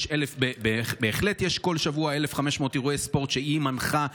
יש בהחלט יש כל שבוע 1,500 אירועי ספורט שהיא מנחה,